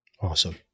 Awesome